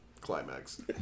climax